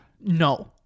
No